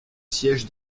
siège